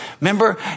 Remember